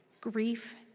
grief